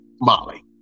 Molly